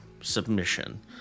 submission